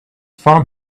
farm